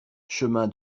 chemin